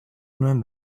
nuen